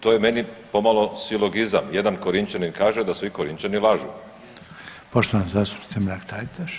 To je meni pomalo silogizam, jedan Korinčanin kaže da svi Korinčani lažu.